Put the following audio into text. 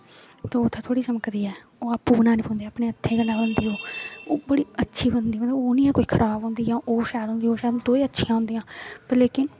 ते उत्थै धोड़ी चमकदी ऐ ओह् आपू बनानी पौंदी अपने हत्थें कन्नै बनदी ओह् बड़ी अच्छी बनदी मतलब ओह् ओह् नेईं ऐ कोई खराब होंदी जां ओह् शैल होंदी ओह् शैल होंदी दोऐ अच्छियां होंदिया पर लेकिन